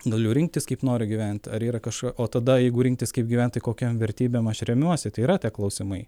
galiu rinktis kaip noriu gyvent ar yra kažko o tada jeigu rinktis kaip gyvent kokiom vertybėm aš remiuosi tai yra tie klausimai